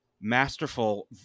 masterful